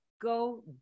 go